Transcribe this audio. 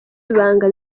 ibanga